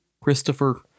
Christopher